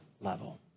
level